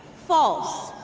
false,